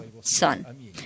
son